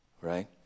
right